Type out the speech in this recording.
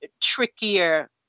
trickier